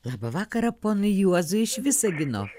labą vakarą ponui juozui iš visagino